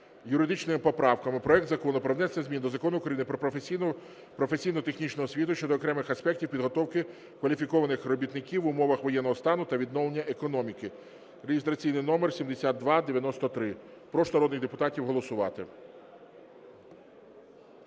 техніко-юридичними поправками проект Закону про внесення змін до Закону України "Про професійну (професійно-технічну) освіту" щодо окремих аспектів підготовки кваліфікованих робітників в умовах воєнного стану та відновлення економіки (реєстраційний номер 7293). Прошу народних депутатів голосувати.